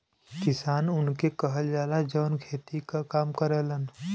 किसान उनके कहल जाला, जौन खेती क काम करलन